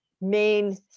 main